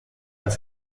das